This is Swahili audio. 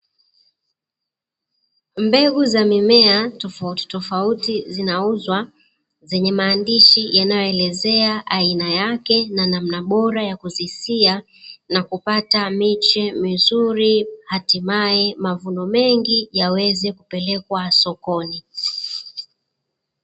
Mbegu za mimea tofauti tofauti zinauzwa zenye maandishi yanayoelezea aina yake na namna bora ya kuzisiya, na kupata miche mizuri na hatimaye mavuno mengi yaweze kupelekwa sokoni.